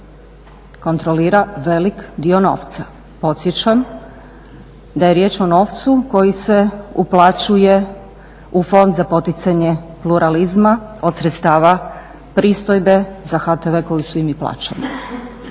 kontrolira velik dio novca. Podsjećam da je riječ o novcu koji se uplaćuje u Fond za poticanje pluralizma od sredstava pristojbe za HTV koju svi mi plaćamo.